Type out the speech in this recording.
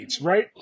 right